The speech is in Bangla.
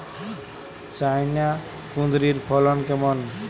চায়না কুঁদরীর ফলন কেমন?